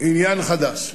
עניין חדש,